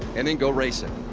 and and go racing.